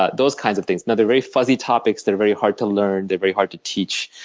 ah those kinds of things. and they're very fuzzy topics. they're very hard to learn, they're very hard to teach.